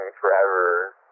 Forever